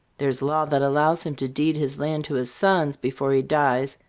there's law that allows him to deed his land to his sons before he dies,